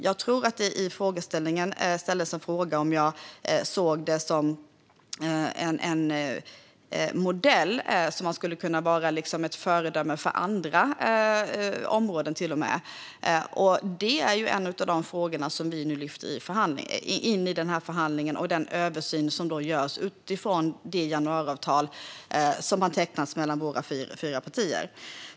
Jag tror att det ställdes en fråga om jag ser det som en modell som till och med skulle kunna vara ett föredöme för andra områden. Det är ju en av de frågor som vi nu lyfter in i förhandlingen och i den översyn som görs utifrån det januariavtal som har tecknats mellan våra fyra partier.